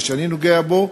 כשאני נוגע בו,